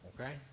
Okay